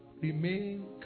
Remain